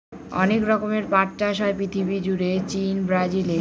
অনেক রকমের পাট চাষ হয় পৃথিবী জুড়ে চীন, ব্রাজিলে